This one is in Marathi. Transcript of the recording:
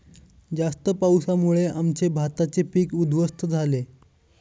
जास्त पावसामुळे आमचे भाताचे पीक उध्वस्त झाले